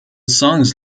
songs